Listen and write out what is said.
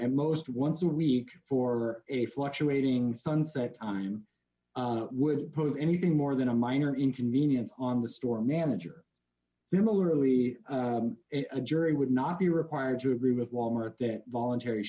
and most once a week for a fluctuating sunset time would pose anything more than a minor inconvenience on the store manager similarly a jury would not be required to agree with wal mart that voluntary